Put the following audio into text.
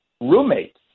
roommate